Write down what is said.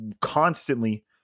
constantly